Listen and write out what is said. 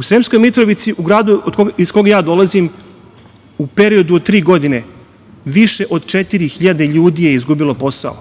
Sremskoj Mitrovici, u gradu iz koga ja dolazim, u periodu od tri godine više od 4.000 ljudi je izgubilo posao.